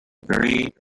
very